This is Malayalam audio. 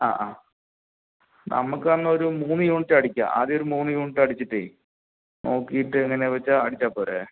ആ ആ നമുക്ക് അന്നൊരു മൂന്ന് യൂണിറ്റ് അടിക്കുക ആദ്യ ഒര് മൂന്ന് യൂണിറ്റ് അടിച്ചിട്ട് നോക്കിയിട്ട് എങ്ങനാന്ന് വെച്ചാൽ അടിച്ചാൽ പോരെ